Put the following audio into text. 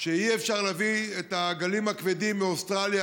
שאי-אפשר להביא את העגלים הכבדים מאוסטרליה,